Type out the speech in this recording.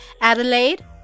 Adelaide